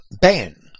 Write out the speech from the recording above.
ban